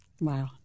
Wow